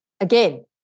again